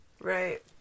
Right